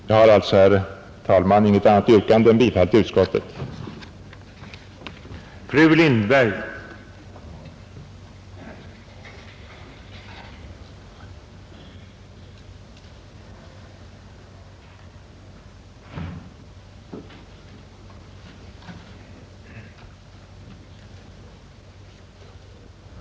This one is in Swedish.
Jag har, herr talman, inget annat yrkande än om bifall till utskottets hemställan.